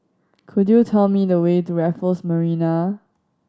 could you tell me the way to Raffles Marina